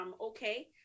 okay